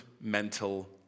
mental